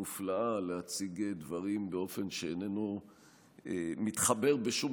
על יכולת מופלאה להציג דברים באופן שאיננו מתחבר בשום